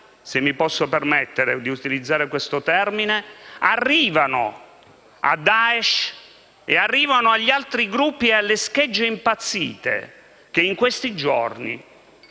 se mi posso permettere di utilizzare questo termine - arrivano a Daesh, agli altri gruppi e alle schegge impazzite che in questi giorni